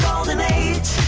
golden age